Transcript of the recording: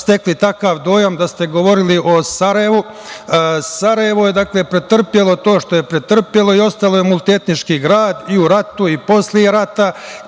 stekli takav dojam da ste govorili o Sarajevu. Dakle, Sarajevo je pretrpelo to što je pretrpelo i ostalo je multietnički grad, i u ratu i posle rata,